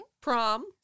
prom